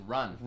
Run